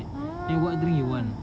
!wah!